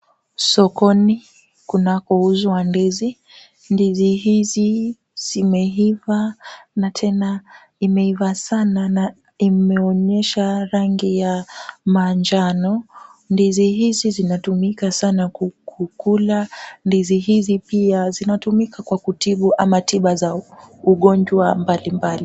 Sokoni kunakouzwa ndizi, ndizi hizi zimeiva na tena imeiva sana na imeonyesha rangi ya manjano, ndizi hizi zinatumika sana kukula, ndizi hizi pia zinatumika kwa kutibu au tiba za magonjwa mbalimbali.